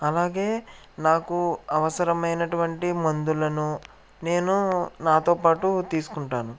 అలాగే నాకు అవసరమైనటువంటి మందులను నేను నాతో పాటు తీసుకుంటాను